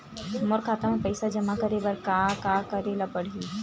मोर खाता म पईसा जमा करे बर का का करे ल पड़हि?